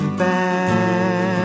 bad